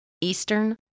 Eastern